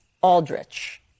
aldrich